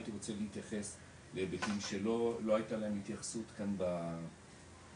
הייתי רוצה להתייחס להיבטים שלא היתה להם התייחסות כאן במצגת,